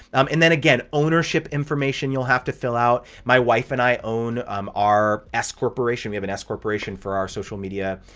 um and then again, ownership information you'll have to fill out my wife and i own um our s-corporation. we have an s-corporation for our social media,